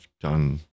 done